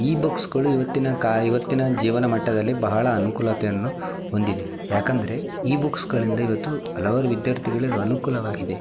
ಈ ಬುಕ್ಸುಗಳು ಇವತ್ತಿನ ಕಾ ಇವತ್ತಿನ ಜೀವನ ಮಟ್ಟದಲ್ಲಿ ಬಹಳ ಅನುಕೂಲತೆಯನ್ನು ಹೊಂದಿದೆ ಯಾಕೆಂದ್ರೆ ಈ ಬುಕ್ಸುಗಳಿಂದ ಇವತ್ತು ಹಲವಾರು ವಿದ್ಯಾರ್ಥಿಗಳಿಗೆ ಅನುಕೂಲವಾಗಿದೆ